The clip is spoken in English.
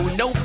no